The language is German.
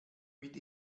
mit